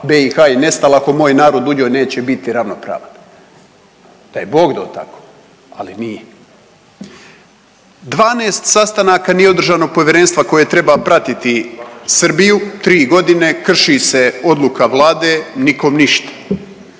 BiH i nestala ako moj narod u njoj neće biti ravnopravan, da je Bog dao tako, ali nije. 12 sastanaka nije održano povjerenstva koje treba pratiti Srbiju, 3.g. krši se odluka vlade, nikom ništa.